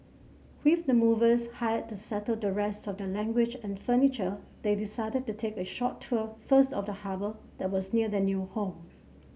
with the movers hired to settle the rest of their language and furniture they decided to take a short tour first of the harbour that was near their new home